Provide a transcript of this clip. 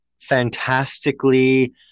fantastically